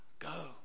Go